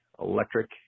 electric